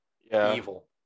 Evil